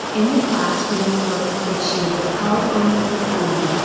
in the class room work which she was called on to perform.